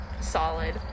solid